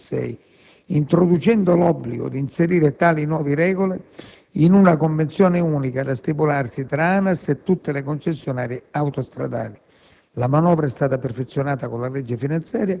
convertito nella legge n. 286 del 2006, introducendo l'obbligo di inserire tali nuove regole in una nuova convenzione unica da stipularsi tra ANAS e tutte le concessionarie autostradali.